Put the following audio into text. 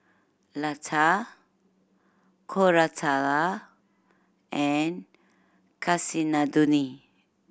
Lata Koratala and Kasinadhuni